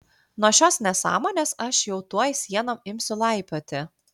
nuo šios nesąmonės aš jau tuoj sienom imsiu laipioti